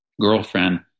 girlfriend